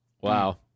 Wow